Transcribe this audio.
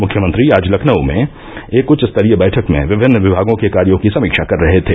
मुख्यमंत्री आज लखनऊ में एक उच्चस्तरीय बैठक में विभिन्न विभागों के कार्यों की समीक्षा कर रहे थे